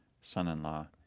son-in-law